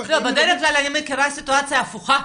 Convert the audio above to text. בדרך כלל אני מכירה סיטואציה הפוכה.